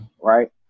right